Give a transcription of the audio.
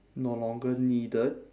no longer needed